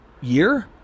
year